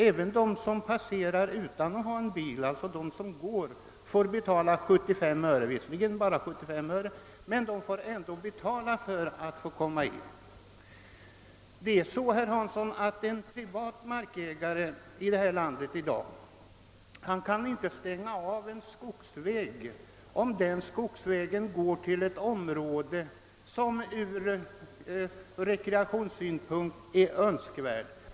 även de som går får betala, visserligen bara 75 öre, men de måste ändå betala för att få komma in. Det är så, herr Hansson i Skegrie, att en privat markägare i detta land inte kan få stänga av en skogsväg, om den leder till ett område som är lämpligt ur rekreationssynpunkt.